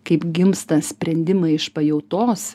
kaip gimsta sprendimai iš pajautos